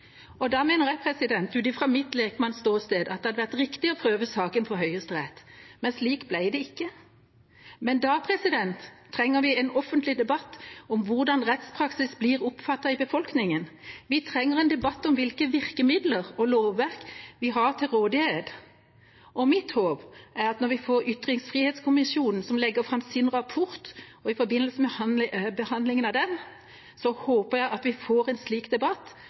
Da mener jeg, ut fra mitt lekmannsståsted, at det hadde vært riktig å prøve saken for Høyesterett, men slik ble det ikke. Men da trenger vi en offentlig debatt om hvordan rettspraksis blir oppfattet i befolkningen. Vi trenger en debatt om hvilke virkemidler og lovverk vi har til rådighet. Mitt håp er at når vi får Ytringsfrihetskommisjonens rapport, vil vi i forbindelse med behandlingen av den få en slik debatt. Jeg håper statsråden vil bidra, og jeg er sikker på at